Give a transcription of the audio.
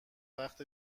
وقت